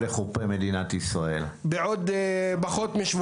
תבואו בעוד חצי שנה,